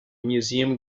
museum